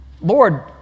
Lord